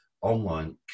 online